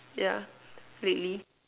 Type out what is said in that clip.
yeah really